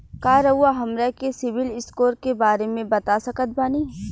का रउआ हमरा के सिबिल स्कोर के बारे में बता सकत बानी?